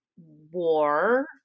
war